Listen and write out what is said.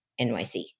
NYC